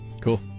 Cool